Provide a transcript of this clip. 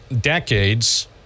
decades